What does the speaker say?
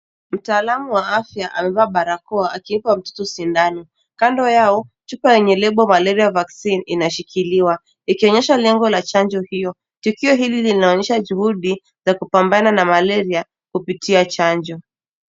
Mtaalamu wa afya amevaa barakoa akimpa mtoto sindano. Kando yao, chupa yenye lebo Malaria vaccine , inashikiliwa, ikionyesha lengo la chanjo hio. Tukio hili linaonyesha juhudi za kupambana na Malaria kupitia chanjo.